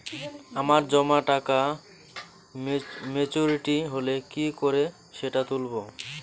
আমার জমা টাকা মেচুউরিটি হলে কি করে সেটা তুলব?